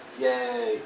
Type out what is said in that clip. Yay